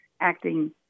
acting